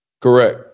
Correct